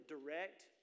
Direct